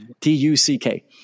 t-u-c-k